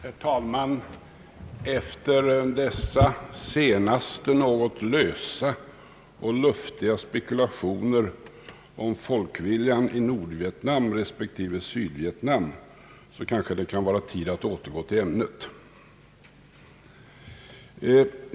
Herr talman! Efter de senaste något lösa och luftiga spekulationerna om folkviljan i Nordvietnam respektive Sydvietnam kanske det kan vara tid att återgå till ämnet.